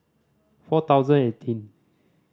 four thousand eighteen